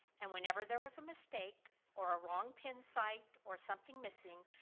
and whenever there was a mistake or a wrong pincite or something missing,